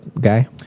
guy